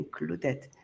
included